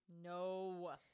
No